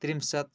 त्रिंशत्